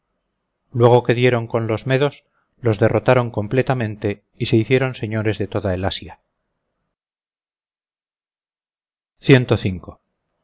luego que dieron con los medos los derrotaron completamente y se hicieron señores de toda el asia